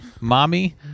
mommy